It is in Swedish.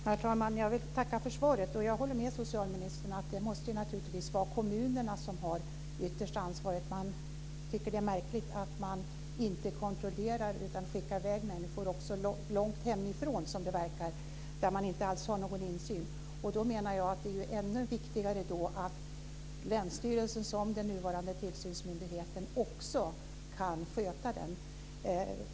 Herr talman! Jag vill tacka för svaret. Jag håller med socialministern om att det naturligtvis måste vara kommunerna som har yttersta ansvaret. Det är märkligt att man inte kontrollerar utan skickar i väg människor långt hemifrån, som det verkar, där man inte alls har någon insyn. Jag menar att det då är ännu viktigare att länsstyrelsen som den nuvarande tillsynsmyndigheten också kan sköta uppgiften.